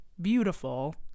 beautiful